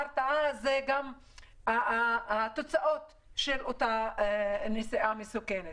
הרתעה זה גם התוצאות של אותה נסיעה מסוכנת.